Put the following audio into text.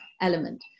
element